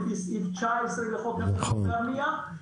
לפי סעיף 19 לחוק התכנון והבנייה.